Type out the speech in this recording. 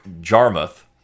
Jarmuth